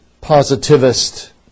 positivist